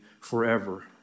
forever